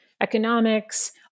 economics